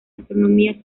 astronomía